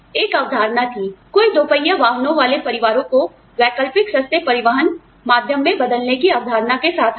एक अवधारणा थी आपको पता है कोई दोपहिया वाहनों वाले परिवारों को वैकल्पिक सस्ते परिवहन माध्यम में बदलने की अवधारणा के साथ आया